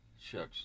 shucks